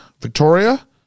Victoria